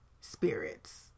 spirits